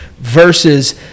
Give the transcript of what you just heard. versus